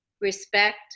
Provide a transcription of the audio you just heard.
respect